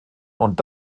und